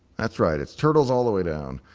that's right, it's turtles all the way down.